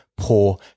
poor